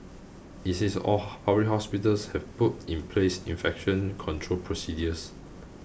it says all hospitals have put in place infection control procedures